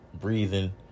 breathing